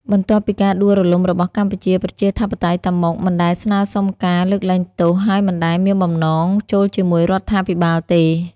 បន្ទាប់ពីការដួលរលំរបស់កម្ពុជា ប្រជាធិបតេយ្យ តាម៉ុក មិនដែលស្នើសុំការ លើកលែងទោស ហើយមិនដែលមានបំណង ចូលជាមួយរដ្ឋាភិបាលទេ។